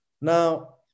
Now